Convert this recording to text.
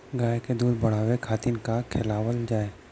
गाय क दूध बढ़ावे खातिन का खेलावल जाय?